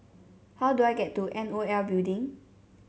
how do I get to N O L Building